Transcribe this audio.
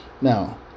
Now